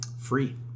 Free